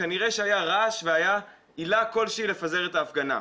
כנראה שהיה רעש והייתה עילה כלשהיא לפזר את ההפגנה.